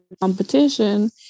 competition